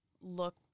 look